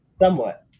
Somewhat